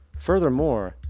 furthermore,